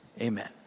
amen